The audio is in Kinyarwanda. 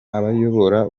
abayobora